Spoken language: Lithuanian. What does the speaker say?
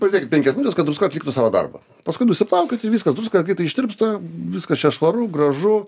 pasėdėkit penkias minutes kad druska atliktų savo darbą paskui nusiplaukit ir viskas druska greitai ištirpsta viskas čia švaru gražu